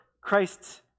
Christ